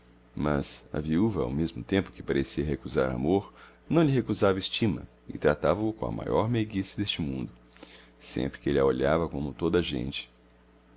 mas a viúva ao mesmo tempo que parecia recusar amor não lhe recusava estima e tratava-o com a maior meiguice deste mundo sempre que ele a olhava como toda a gente